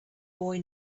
boy